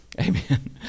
Amen